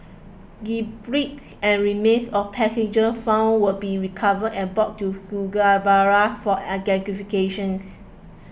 debris and remains of passengers found will be recovered and brought to Surabaya for identifications